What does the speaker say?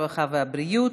הרווחה והבריאות.